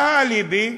מה האליבי?